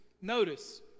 Notice